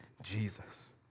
Jesus